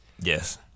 Yes